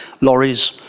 lorries